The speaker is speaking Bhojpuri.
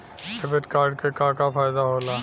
डेबिट कार्ड क का फायदा हो ला?